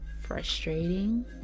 frustrating